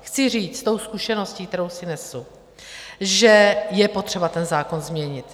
Chci říct s tou zkušeností, kterou si nesu, že je potřeba ten zákon změnit.